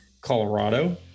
Colorado